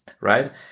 right